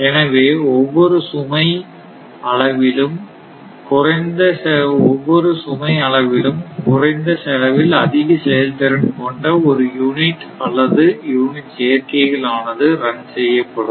எனவே ஒவ்வொரு சுமை அளவிலும் குறைந்த செலவில் அதிக செயல்திறன் கொண்ட ஒரு யூனிட் அல்லது யூனிட் சேர்க்கைகள் ஆனது ரன் செய்யப்படும்